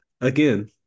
Again